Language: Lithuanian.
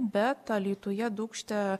bet alytuje dūkšte